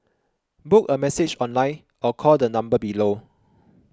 book a massage online or call the number below